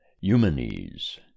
Eumenes